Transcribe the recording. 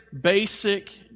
basic